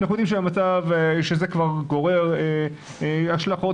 אנחנו יודעים שהמצב שזה כבר גורר השלכות